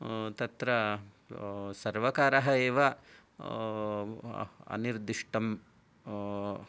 तत्र सर्वकारः एव अनिर्दिष्टं